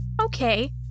Okay